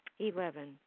Eleven